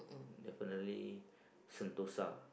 definitely Sentosa